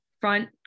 front